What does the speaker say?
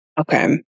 Okay